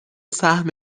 سهم